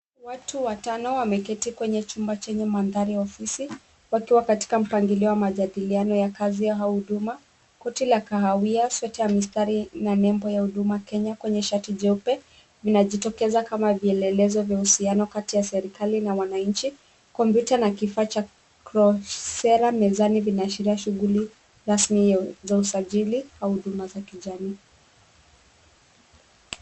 Watu watatu wameketi kwenye chumba chenye mandhari halisi wakiwa katika mpangilio wa majadiliano ya kazi au huduma. Koti la kahawia, sweta ya mistari na nembo ya Huduma Kenya kwenye shati jeupe inajitokeza kama vielelezo vya uhusiano kati ya serikali na wananchi. Kompyuta na kifaa cha kyocera mezani inaashiria shughuli rasmi za usajili au huduma za kijamii.